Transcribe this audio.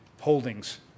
holdings